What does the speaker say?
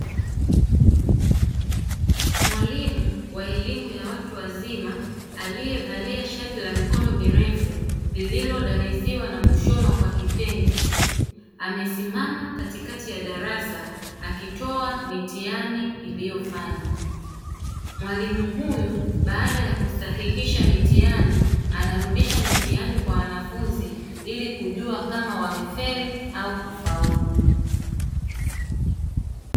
Mwalimu wa elimu ya watu wazima aliyevalia shati la mikono mirefu lililodaliziwa na kushonwa kwa kitenge, amesimama katikati ya darasa akitoa mitihani iliyofanywa. Mwalimu huyu baada ya kusahihisha mitihani, anarudisha mitihani kwa wanafunzi ili kujua kama wamefeli au kufaulu.